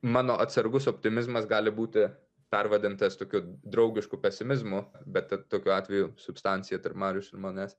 mano atsargus optimizmas gali būti pervadintas tokiu draugišku pesimizmu bet tokiu atveju substancija tarp mariuš ir manęs